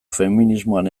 feminismoan